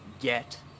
get